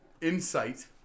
insight